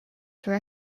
for